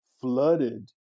flooded